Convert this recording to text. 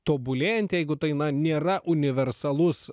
tobulėjanti jeigu tai na nėra universalus